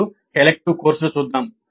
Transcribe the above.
ఇప్పుడు ఎలిక్టివ్ కోర్సులు చూద్దాం